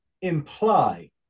imply